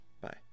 Bye